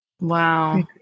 Wow